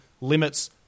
limits